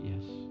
Yes